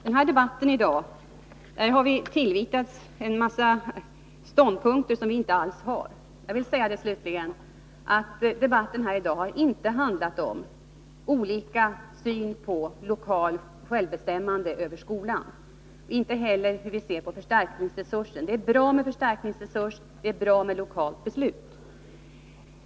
I debatten i dag har vi tillvitats en massa ståndpunkter som vi inte alls har. Jag vill till sist säga att dagens debatt inte har handlat om att vi har olika syn på det lokala bestämmandet på skolans område och inte heller på förstärkningsresursen. Det är bra med förstärkningsresurs, och det är bra med lokala beslut.